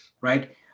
Right